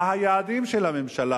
מה היעדים של הממשלה,